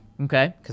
Okay